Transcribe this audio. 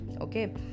okay